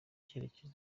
cyerekezo